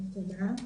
בבקשה.